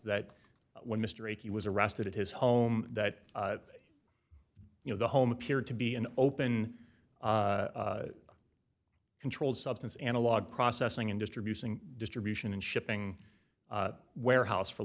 that when mr aiki was arrested at his home that you know the home appeared to be an open controlled substance analog processing and distribution distribution and shipping warehouse for